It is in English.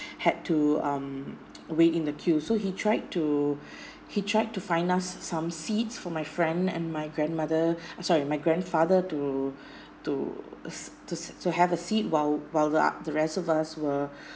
had to um wait in the queue so he tried to he tried to find us some seats for my friend and my grandmother sorry my grandfather to to to to have a seat while while the uh the rest of us were